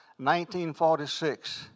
1946